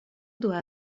doit